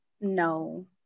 no